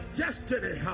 destiny